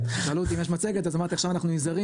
שאלו אותי אם יש מצגת אז אמרתי שעכשיו אנחנו יותר נזהרים